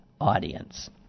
audience